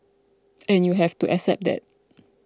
and you have to accept that